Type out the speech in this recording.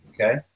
okay